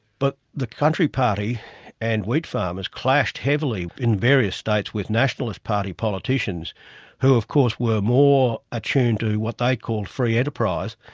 but the country party and wheatfarmers clashed heavily in various states with nationalist party politicians who of course were more attuned to what they called free enterprise,